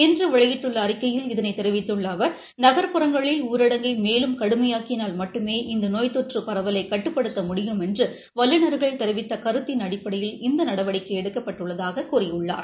இன்று வெளியிட்டுள்ள அறிக்கையில் இதனை தெரிவித்துள்ள அவர் நகர்புறங்களில் ஊரடங்கை மேலும் கடுமையாக்கினால் மட்டுமே இந்த நோய் தொற்று பரவலை கட்டுப்படுத்த முடியும் என்று வல்லுநர்கள் தெரிவித்த கருத்தின் அடிப்பளடயில் இந்த நடவடிக்கை எடுக்கப்பட்டுள்ளதாகக் கூறியுள்ளார்